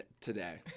today